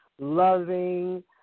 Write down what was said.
loving